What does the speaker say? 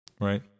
right